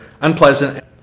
unpleasant